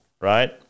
right